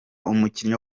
umukinnyi